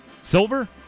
Silver